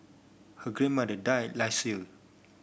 her grandmother died last year